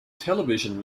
television